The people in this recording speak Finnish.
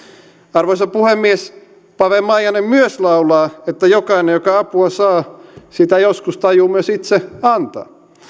arvoisa puhemies pave maijanen myös laulaa että jokainen joka apua saa sitä joskus tajuu myös itse antaa